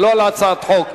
ולא על הצעת חוק.